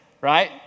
right